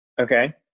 Okay